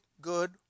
good